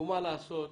מה לעשות,